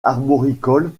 arboricole